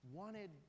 wanted